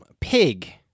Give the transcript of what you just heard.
Pig